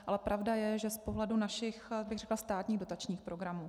Ale pravda je, že z pohledu našich, bych řekla, státních dotačních programů.